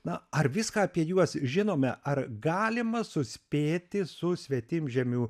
na ar viską apie juos žinome ar galima suspėti su svetimžemių